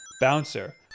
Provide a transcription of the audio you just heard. Bouncer